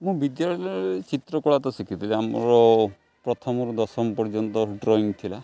ମୁଁ ବିଦ୍ୟାଳୟରେ ଚିତ୍ରକଳା ତ ଶିଖିଥିଲି ଆମର ପ୍ରଥମରୁ ଦଶମ ପର୍ଯ୍ୟନ୍ତ ଡ୍ରଇଂ ଥିଲା